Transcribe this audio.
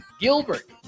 Gilbert